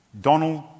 Donald